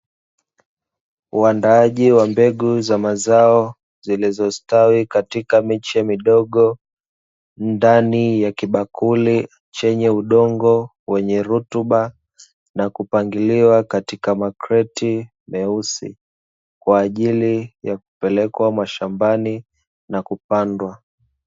Waandaaji wa mbegu za mazao zilizostawi katika miche midogo ndani ya kibakuli chenye udongo wenye rutuba, na kupangiliwa katika makreti meusi, kwa ajli ya kupelekwa mashambani na kupandwa.